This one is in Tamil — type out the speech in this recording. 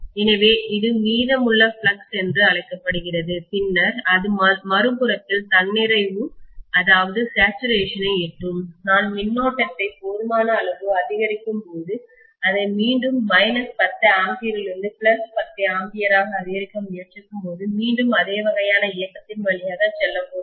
எனவே இது மீதமுள்ள ரெம்நண்ட் ஃப்ளக்ஸ் என்று அழைக்கப்படுகிறது பின்னர் அது மறுபுறத்தில் தன்நிறைவுசேச்சுரேஷன் ஐ எட்டும் நான் மின்னோட்டத்தை கரண்ட்டை போதுமான அளவு அதிகரிக்கும் போது அதை மீண்டும் மைனஸ் 10 ஆம்பியரிலிருந்து பிளஸ் 10 ஆம்பியராக அதிகரிக்க முயற்சிக்கும்போது மீண்டும் அதே வகையான இயக்கத்தின் வழியாக செல்லப் போகிறது